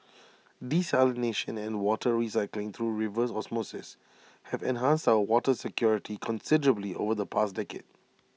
desalination and water recycling through reverse osmosis have enhanced our water security considerably over the past decade